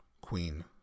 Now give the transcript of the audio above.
Queen